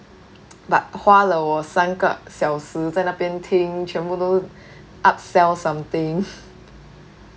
but 花了我三个小时在那边听全部都 upsell something